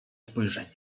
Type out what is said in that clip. spojrzenie